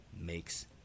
makes